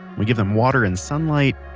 we give them water and sunlight,